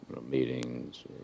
meetings